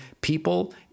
people